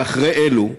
ואחרי אלו,